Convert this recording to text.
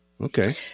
Okay